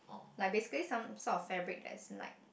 like basically some sort of fabric that is like